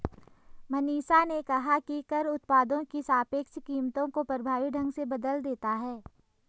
मनीषा ने कहा कि कर उत्पादों की सापेक्ष कीमतों को प्रभावी ढंग से बदल देता है